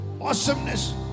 awesomeness